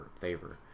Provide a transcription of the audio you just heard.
favor